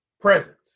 presence